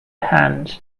hands